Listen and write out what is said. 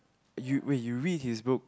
you wait you read his book